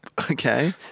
Okay